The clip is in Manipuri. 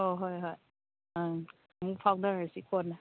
ꯑꯣ ꯍꯣꯏ ꯍꯣꯏ ꯎꯝ ꯑꯃꯨꯛ ꯐꯥꯎꯅꯔꯁꯤ ꯀꯣꯟꯅ